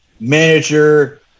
manager